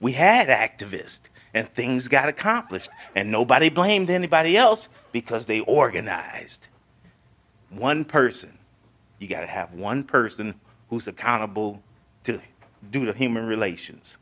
we had activist and things got accomplished and nobody blamed anybody else because they organized one person you've got to have one person who's accountable to do the human relations